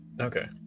okay